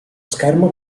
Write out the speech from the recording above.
schermo